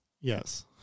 yes